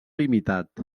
limitat